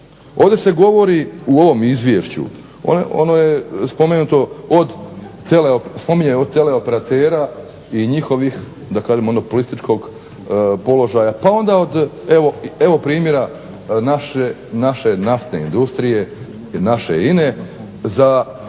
Ovdje se govori u ovom izvješću ono spominje teleoperatera i njihovih da kažem monopolističkog položaja, pa onda evo primjera naše naftne industrije naše INA-e za